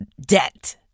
Debt